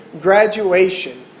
graduation